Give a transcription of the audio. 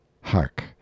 Hark